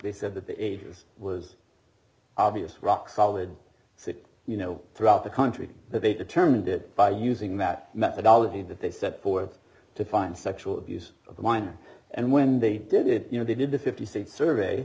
they said that the eighty's was obvious rock solid you know throughout the country they determined it by using that methodology that they set forth to find sexual abuse of mine and when they did it you know they did a fifty six survey